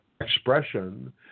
expression